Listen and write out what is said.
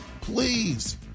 please